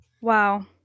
Wow